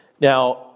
Now